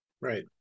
Right